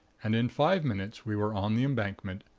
and in five minutes we were on the embankment,